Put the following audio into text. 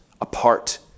apart